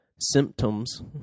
symptoms